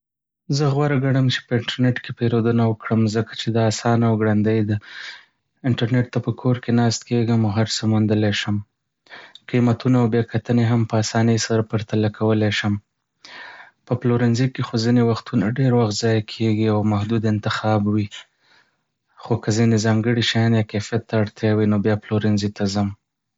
زه غوره ګڼم چې په انټرنېټ کې پېرودنه وکړم ځکه چې دا اسانه او ګړندۍ ده. انټرنېټ ته په کور کې ناست کیږم او هر څه موندلی شم. قیمتونه او بیاکتنې هم په آسانۍ سره پرتله کولای شم. په پلورنځي کې خو ځینې وختونه ډیر وخت ضایع کېږي او محدود انتخاب وي. خو که ځینې ځانګړي شیان یا کیفیت ته اړتیا وي، نو بیا پلورنځي ته ځم.